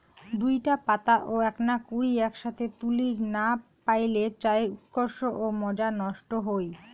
দুইটা পাতা ও এ্যাকনা কুড়ি এ্যাকসথে তুলির না পাইলে চায়ের উৎকর্ষ ও মজা নষ্ট হই